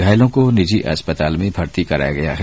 घायलों को निजी अस्पताल में भर्ती कराया गया है